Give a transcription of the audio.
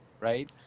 right